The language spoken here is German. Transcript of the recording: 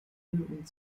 und